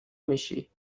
میشی